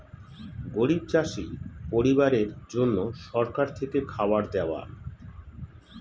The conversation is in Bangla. গরিব চাষি পরিবারের জন্য সরকার থেকে খাবার দেওয়া